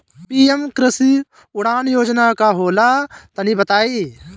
PM Krishi Udan Yojana का होला तनि बताई?